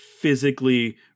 physically